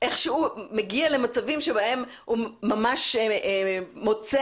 איכשהו מגיע למצבים בהם הוא ממש מוצא.